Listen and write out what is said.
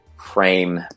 frame